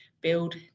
build